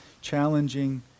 challenging